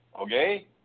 okay